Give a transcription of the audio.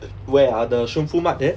where are the shunfu mart there